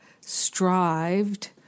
strived